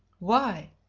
why?